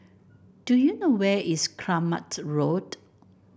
do you know where is Kramat Road